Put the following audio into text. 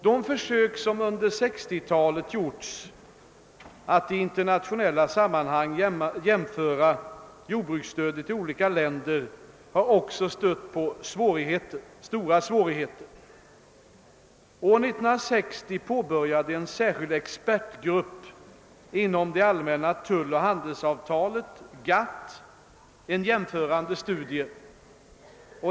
De försök som under 1960-talet gjorts att i internationella sammanhang jämföra jordbruksstödet i olika länder har också stött på stora svårigheter. År 1960 påbörjade en särskild expertgrupp inom det allmänna tulloch handelsavtalet en jämförande studie.